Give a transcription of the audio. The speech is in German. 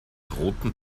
roten